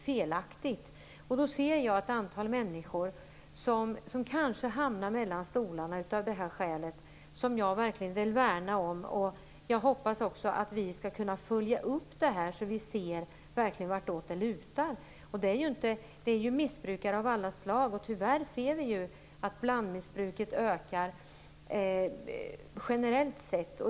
Jag ser ett antal människor som kanske hamnar mellan stolarna av det skälet. Dem vill jag verkligen värna om, och jag hoppas att vi skall kunna följa upp det här, så att vi verkligen ser vartåt det lutar. Det är fråga om missbrukare av alla slag, och tyvärr ser vi ju att blandmissbruket ökar generellt sett.